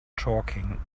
talking